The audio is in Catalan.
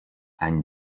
any